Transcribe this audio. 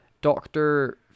doctor